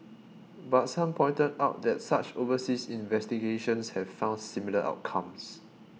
but some pointed out that such overseas investigations have found similar outcomes